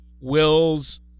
wills